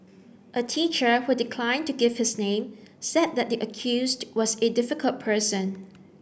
a teacher who declined to give his name said that the accused was a difficult person